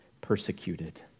persecuted